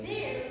roti jala